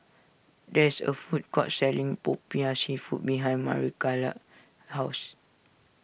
there is a food court selling Popiah Seafood behind Maricela's house